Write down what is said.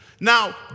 Now